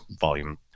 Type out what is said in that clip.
volume